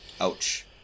Ouch